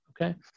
okay